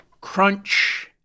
crunch